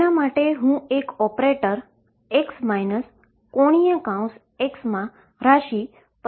તેના માટે હું એક ઓપરેટર તરીકે x ⟨x⟩ ક્વોન્ટીટી પસંદ કરું છું